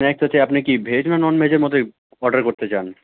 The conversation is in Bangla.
স্ন্যাক্স আছে আপনি কি ভেজ না নন ভেজের মধ্যে অর্ডার করতে চান